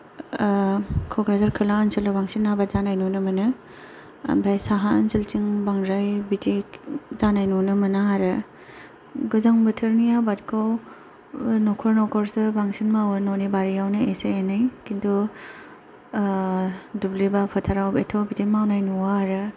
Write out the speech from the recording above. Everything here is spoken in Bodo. ओ कक्राझार खोला ओनसोलाव बांसिन आबाद जानाय नुनो मोनो ओमफ्राय साहा ओनसोलथिं बांद्राय बिदि जानाय नुनो मोना आरो गोजां बोथोरनि आबादखौ ओ न'खर न'खरसो बांसिन मावो न'नि बारियावनो इसे एनै किन्तु ओ दुब्लि बा फोथाराव बेथ' बिदि मावनाय नुवा आरो